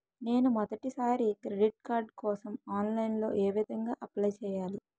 నేను మొదటిసారి credit card కోసం ఆన్లైన్ లో ఏ విధంగా అప్లై చేయాలి?